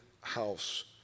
house